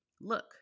Look